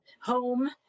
home